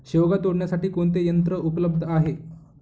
शेवगा तोडण्यासाठी कोणते यंत्र उपलब्ध आहे?